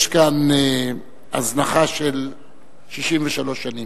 יש כאן הזנחה של 63 שנים,